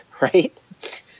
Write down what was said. right